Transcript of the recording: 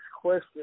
question